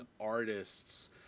artists